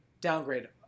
downgrade